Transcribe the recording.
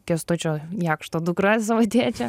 kęstučio jakšto dukra savo tėčio